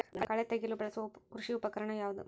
ಕಳೆ ತೆಗೆಯಲು ಬಳಸುವ ಕೃಷಿ ಉಪಕರಣ ಯಾವುದು?